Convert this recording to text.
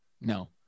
No